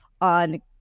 on